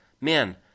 Man